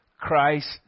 Christ